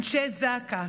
אנשי זק"א,